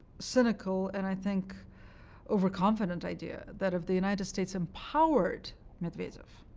cynical and i think overconfident idea that if the united states empowered medvedev,